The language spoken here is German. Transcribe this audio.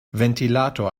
ventilator